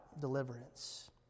deliverance